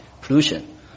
pollution